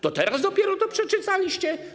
Teraz dopiero to przeczytaliście?